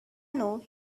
know